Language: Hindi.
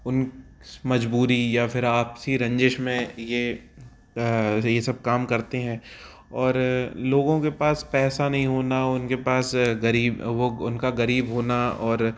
उन मजबूरी या फिर आपसी रंजिश में ये ये सब काम करते हैं और लोगों के पास पैसा नहीं होना उनके पास ग़रीब वो उनका ग़रीब होना और